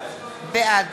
בעד